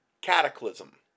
cataclysm